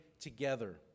together